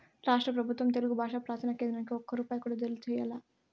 రాష్ట్ర పెబుత్వం తెలుగు బాషా ప్రాచీన కేంద్రానికి ఒక్క రూపాయి కూడా విడుదల చెయ్యలా